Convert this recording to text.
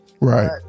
right